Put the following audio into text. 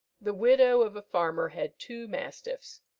the widow of a farmer had two mastiffs,